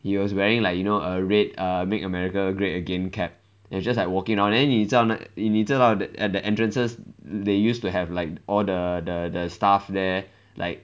he was wearing like you know a red err make america great again cap and just like walking around then 你知道你知道 that at the entrances they used to have like all the the staff there like